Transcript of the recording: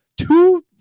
two